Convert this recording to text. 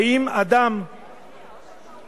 ואם אדם חושב,